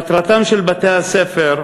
מטרתם של בתי-הספר,